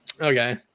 Okay